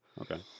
okay